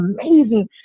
amazing